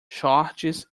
shorts